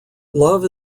love